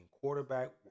quarterback